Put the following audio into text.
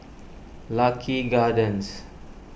Lucky Gardens